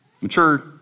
mature